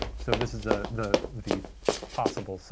so this is ah the the possible so